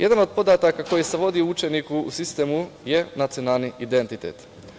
Jedan od podataka koji se vodi o učeniku u sistemu je nacionalni identitet.